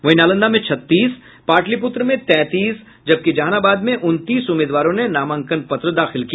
वहीं नालंदा में छत्तीस पाटलिपूत्र में तैंतीस जबकि जहानाबाद में उनतीस उम्मीदवारों ने नामांकन पत्र दाखिल किया